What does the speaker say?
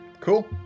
cool